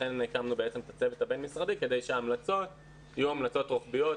לכן הקמנו בעצם את הצוות הבין-משרדי כדי שההמלצות יהיו המלצות רוחביות.